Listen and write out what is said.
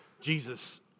Jesus